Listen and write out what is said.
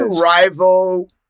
rival